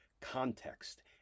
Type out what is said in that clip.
context